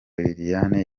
liliane